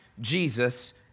Jesus